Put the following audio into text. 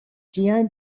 tiajn